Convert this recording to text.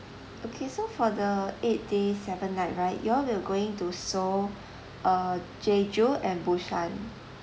okay so for the eight day seven night right you all will going to seoul uh jeju and busan